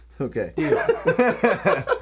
Okay